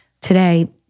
today